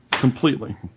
completely